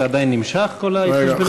זה עדיין נמשך, כל ההתחשבנות הזאת?